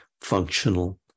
functional